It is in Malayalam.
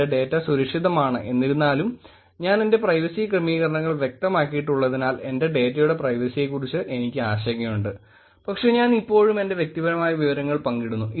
എന്റെ ഡേറ്റ സുരക്ഷിതമാണ് എന്നിരുന്നാലും ഞാൻ എന്റെ പ്രൈവസി ക്രമീകരണങ്ങൾ വ്യക്തമാക്കിയിട്ടുള്ളതിനാൽ എന്റെ ഡാറ്റയുടെ പ്രൈവസിയെക്കുറിച്ച് എനിക്ക് ആശങ്കയുണ്ട് പക്ഷേ ഞാൻ ഇപ്പോഴും എന്റെ വ്യക്തിപരമായ വിവരങ്ങൾ പങ്കിടുന്നു